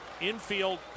Infield